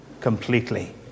completely